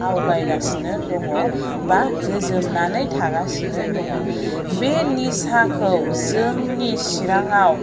आवगायगासिनो दङ बा गोजोमनानै थागासिनो दङ बे निसाखौ जोंनि चिराङाव